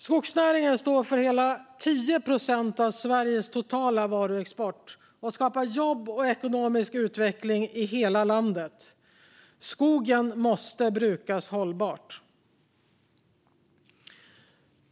Skogsnäringen står för hela cirka 10 procent av Sveriges totala varuexport och skapar jobb och ekonomisk utveckling i hela landet. Skogen måste brukas hållbart.